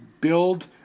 build